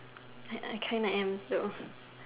I I kind of into